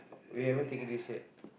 we haven't taken this yet